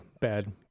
Bad